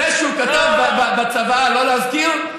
זה שהוא כתב בצוואה לא להזכיר,